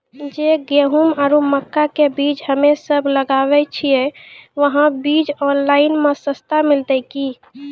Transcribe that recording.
जे गेहूँ आरु मक्का के बीज हमे सब लगावे छिये वहा बीज ऑनलाइन मे सस्ता मिलते की?